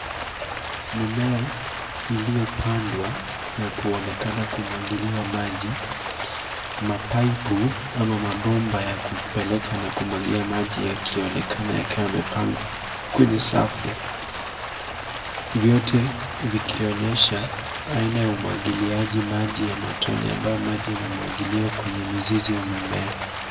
Mimea iliyopandawa na kuonekana kumwagiliwa maji. Paipu ama mabomba ya kupeleka na kumwagilia maji yakionekana yakiwa yamepangwa kwenye safu. Vyote vikionyesha aina ya umwagiliaji maji ya matone ambayo maji yamemwagiliwa kwenye mizizi wa mimea.